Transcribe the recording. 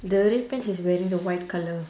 the red pants is wearing the white colour